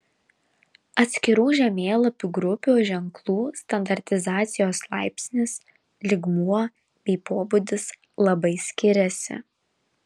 atskirų žemėlapių grupių ženklų standartizacijos laipsnis lygmuo bei pobūdis labai skiriasi